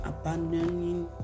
abandoning